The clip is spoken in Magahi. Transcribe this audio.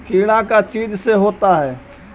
कीड़ा का चीज से होता है?